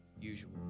usual